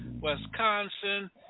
Wisconsin